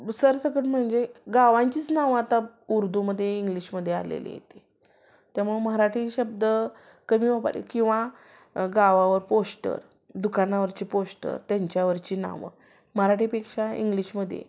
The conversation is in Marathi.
सरसकट म्हणजे गावांचीच नावं आता उर्दूमध्ये इंग्लिशमध्ये आलेली आहेत त्यामुळं मराठी शब्द कमी वापरली किंवा गावावर पोष्टर दुकानावरची पोष्टर त्यांच्यावरची नावं मराठीपेक्षा इंग्लिशमध्ये